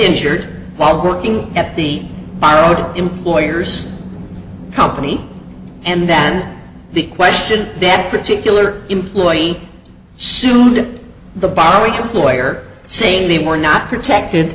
injured while working at the bar or employers company and then the question that particular employee sued the bar your lawyer saying they were not protected